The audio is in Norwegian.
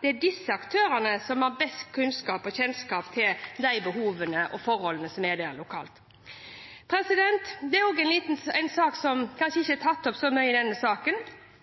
Det er disse aktørene som har best kunnskap og kjennskap til de behovene og forholdene som er der lokalt. Det er også et annet punkt som kanskje ikke er nevnt i denne saken. Kjernen i